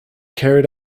carried